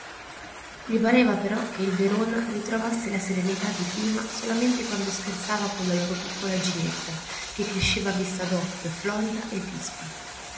gli pareva però che il verona ritrovasse la serenità di prima solamente quando scherzava con la loro piccola ginetta che cresceva a vista d'occhio florida e vispa